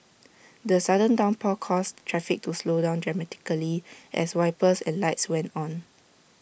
the sudden downpour caused traffic to slow down dramatically as wipers and lights went on